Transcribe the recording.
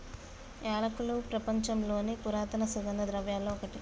యాలకులు ప్రపంచంలోని పురాతన సుగంధ ద్రవ్యలలో ఒకటి